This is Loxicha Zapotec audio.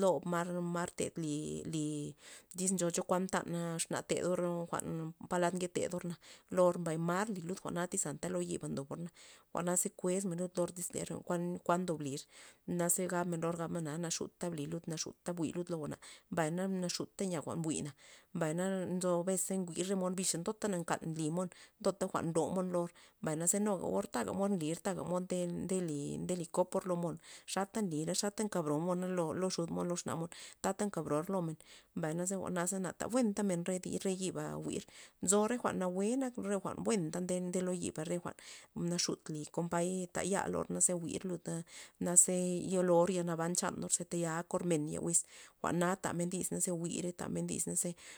lob mar- mar li ted li- li nzo chokuan mtan xna tedor jwa'n palad nke tedor na lo or mbay or li jwa'na tyz lo yiba ndobor jwa'na ze kuesmen lud lor tyz ler kuan- kuan ndob lir naze gabmen lo or naxudka bli naxudka jwi' lo jwa'na, mbay naxudka nya jwa'n bu'i, mbay na nzo abes na jwi'r re mon bixa tota nkan jwa'n nly mon ndota jwa'n nlo mon lo or, mbay na ze nuga or taga mod nlir taga nde- nde lir nde li kopor lo mon xata nlir xata kab bro mona lo xud mon lo xna mon tata nka bror lo men, mbay naze jwa'na ze na ndab buentamen dis re yiba jwi'r nzo re jwa'n nawue nak re jwa'n buenta nde lo yiba re jwa'n naxut nly kompay ta ya lor ze ze jwir' lud'a naze yolor yal naban chanor ze taya akor men ye wiz jwa'na tamen dis na ze jwi'rey na tamen dis ne ze.